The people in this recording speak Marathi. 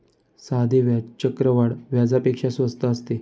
साधे व्याज चक्रवाढ व्याजापेक्षा स्वस्त असते